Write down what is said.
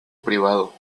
privado